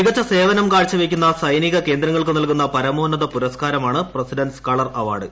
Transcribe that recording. മികച്ച സേവനം കാഴ്ചവെക്കുന്ന സൈനിക കേന്ദ്രങ്ങൾക്ക് നൽകുന്ന പരമോന്നത പുരസ്കാരമാണ് പ്രസിഡന്റ്സ് കളർ അവാർഡ്